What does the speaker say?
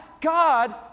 God